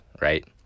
right